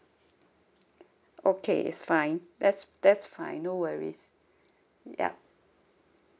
okay it's fine that's that's fine no worries yup